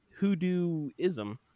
hoodooism